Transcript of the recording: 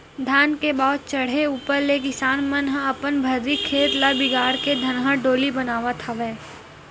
धान के भाव चड़हे ऊपर ले किसान मन ह अपन भर्री खेत ल बिगाड़ के धनहा डोली बनावत हवय